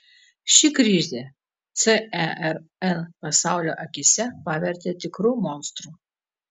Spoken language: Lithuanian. ši krizė cern pasaulio akyse pavertė tikru monstru